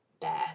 bear